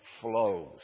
flows